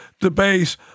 debate